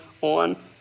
on